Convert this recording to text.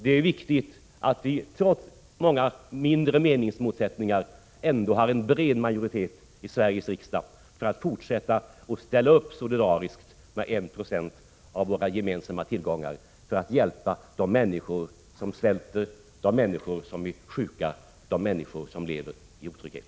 Det är viktigt att vi trots många mindre meningsmotsättningar har en bred majoritet i Sveriges riksdag för att fortsätta att solidariskt ställa upp med 1 96 av våra gemensamma tillgångar för att hjälpa de människor som svälter, är sjuka och som lever i otrygghet.